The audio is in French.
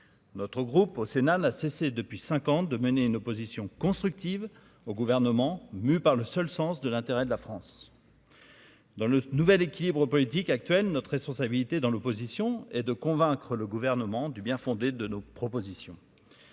notre groupe au Sénat n'a cessé depuis 50 de mener une opposition constructive au gouvernement mus par le seul sens de l'intérêt de la France. Dans le nouvel équilibre politique actuel, notre responsabilité dans l'opposition et de convaincre le gouvernement du bien fondé de nos propositions,